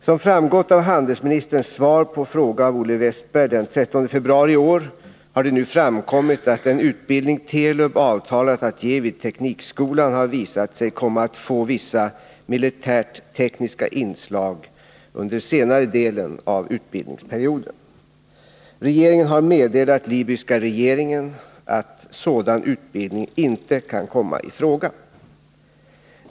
Som framgått av handelsministerns svar på fråga av Olle Wästberg den 13 februari i år har det nu framkommit att den utbildning Telub avtalat att ge vid Teknikskolan har visat sig komma att få vissa militärt tekniska inslag under senare delen av utbildningsperioden. Regeringen har meddelat libyska regeringen att sådan utbildning inte kan komma i fråga.